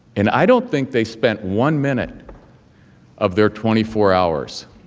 and i don't think they spent one minute of their twenty four hours